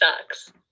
socks